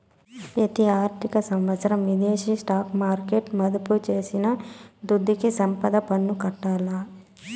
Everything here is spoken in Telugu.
పెతి ఆర్థిక సంవత్సరం విదేశీ స్టాక్ మార్కెట్ల మదుపు చేసిన దుడ్డుకి సంపద పన్ను కట్టాల్ల